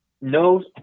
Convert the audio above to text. no